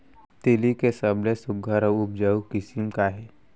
तिलि के सबले सुघ्घर अऊ उपजाऊ किसिम का हे?